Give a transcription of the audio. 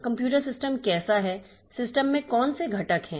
computer system कैसा है system में कौन से घटक हैं